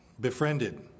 befriended